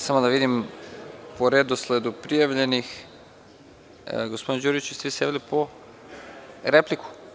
Samo da vidim po redosledu prijavljenih, gospodine Đuriću vi ste se javili po replici.